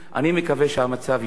אני מקווה שהמצב ישתנה.